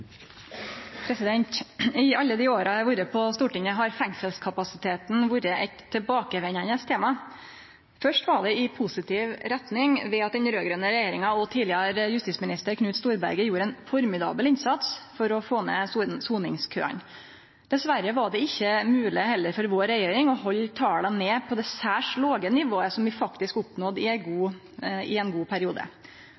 I alle dei åra eg har vore på Stortinget, har fengselskapasiteten vore eit tilbakevendande tema. Først var det i positiv retning ved at den raud-grøne regjeringa og tidlegare justisminister Knut Storberget gjorde ein formidabel innsats for å få ned soningskøane. Dessverre var det heller ikkje for vår regjering mogleg å halde tala nede på det særs låge nivået som vi faktisk oppnådde i ein god